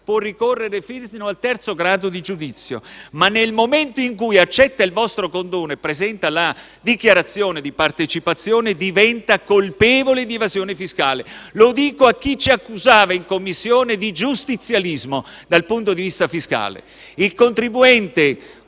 può ricorrere fino al terzo grado di giudizio, ma nel momento in cui accetta il vostro condono e presenta la dichiarazione di partecipazione, diventa colpevole di evasione fiscale. Lo dico a chi ci accusava in Commissione di giustizialismo dal punto di vista fiscale.